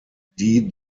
die